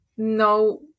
No